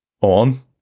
on